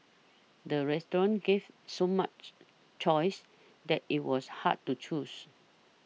the restaurant gave so much choices that it was hard to choose